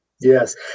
Yes